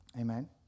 Amen